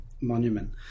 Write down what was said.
monument